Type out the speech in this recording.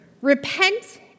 Repent